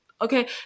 Okay